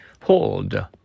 Hold